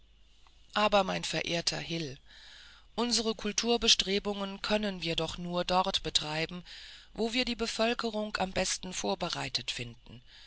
aber mein verehrter hil unsre kulturbestrebungen können wir doch nur dort betreiben wo wir die bevölkerung am besten vorbereitet finden